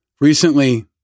Recently